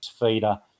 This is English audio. feeder